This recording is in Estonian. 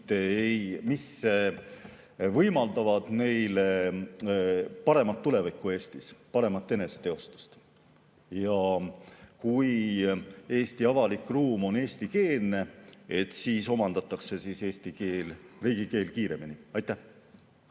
mis võimaldab neile paremat tulevikku Eestis, paremat eneseteostust. Ja kui Eesti avalik ruum on eestikeelne, siis omandatakse eesti keel, riigikeel kiiremini. Aitäh!